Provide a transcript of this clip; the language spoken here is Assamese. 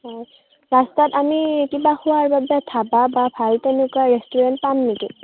অ' ৰাস্তাত আমি কিবা খোৱাৰ বাবে ধাবা বা ভাল তেনেকুৱা ৰেষ্টোৰেণ্ট পাম নেকি